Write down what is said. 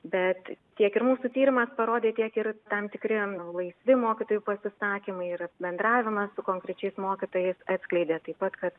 bet tiek ir mūsų tyrimas parodė tiek ir tam tikri laisvi mokytojų pasisakymai ir bendravimas su konkrečiais mokytojais atskleidė taip pat kad